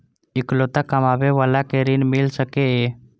इकलोता कमाबे बाला के ऋण मिल सके ये?